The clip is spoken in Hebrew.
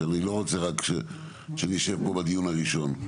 שאני לא רוצה שנשב רק בדיון הראשון,